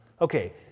Okay